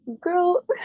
Girl